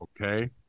Okay